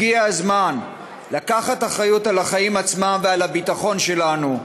הגיע הזמן לקחת אחריות לחיים עצמם ולביטחון שלנו,